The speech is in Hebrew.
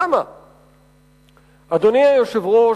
אדוני היושב-ראש,